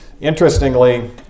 Interestingly